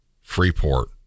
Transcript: Freeport